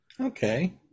Okay